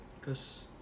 cause